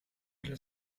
della